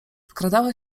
wkradała